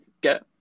get